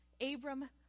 Abram